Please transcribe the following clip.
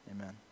amen